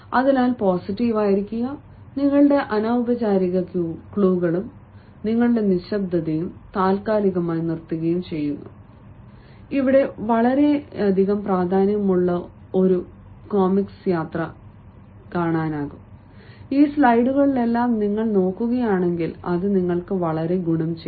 അതിനാൽ പോസിറ്റീവായിരിക്കുക നിങ്ങളുടെ അനൌപചാരിക ക്യൂകളും നിങ്ങളുടെ നിശബ്ദതയും താൽക്കാലികമായി നിർത്തുകയും ചെയ്യുക ഇവിടെ വളരെയധികം പ്രാധാന്യമുള്ള ഒരു കോമിക്സ് യാത്ര കാണാനാകും ഈ സ്ലൈഡുകളെല്ലാം നിങ്ങൾ നോക്കുകയാണെങ്കിൽ അത് നിങ്ങൾക്ക് വളരെ ഗുണം ചെയ്യും